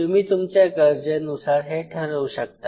तुम्ही तुमच्या गरजेनुसार हे ठरवू शकता